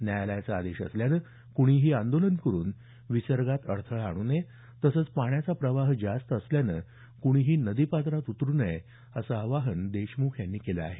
न्यायालयाचा आदेश असल्यानं कुणीही आंदोलन करून विसर्गात अडथळा आणू नये तसंच पाण्याचा प्रवाह जास्त असल्यानं क्णीही नदीपात्रात उतरू नये असं आवाहन देशमुख यांनी केलं आहे